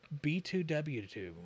B2W2